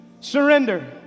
Surrender